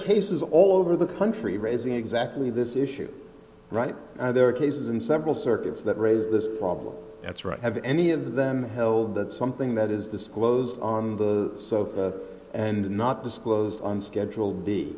cases all over the country raising exactly this issue right now there are cases in several circuits that raise this problem that's right have any of them held that something that is disclosed on the so and not disclosed on schedule